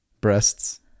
breasts